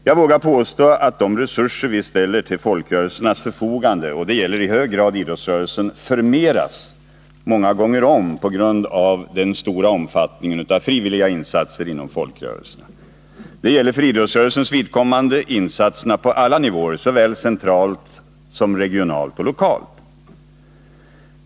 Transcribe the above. Jag vågar påstå att de resurser vi ställer till folkrörelsernas förfogande — och det gäller i hög grad idrottsrörelsen — förmeras många gånger om på grund av den stora omfattningen av frivilliga insatser inom folkrörelserna. Det gäller för idrottsrörelsens vidkommande insatserna på alla nivåer, såväl centralt som regionalt och lokalt.